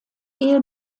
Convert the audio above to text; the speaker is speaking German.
ehe